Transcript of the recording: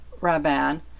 Rabban